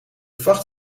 vacht